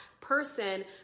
person